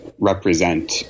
represent